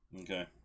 Okay